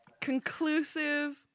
Conclusive